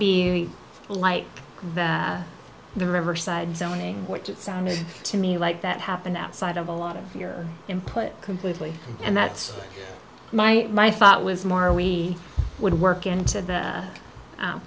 the light that the riverside zoning which it sounds to me like that happened outside of a lot of your input completely and that's my my thought was more we would work into the